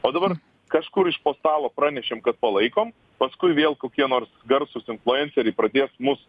o dabar kažkur iš po stalo pranešėm kad palaikom paskui vėl kokie nors garsūs influenceriai pradės mus